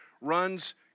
runs